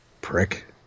Prick